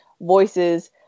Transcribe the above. voices